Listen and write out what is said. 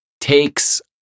takes